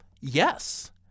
yes